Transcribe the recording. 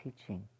teaching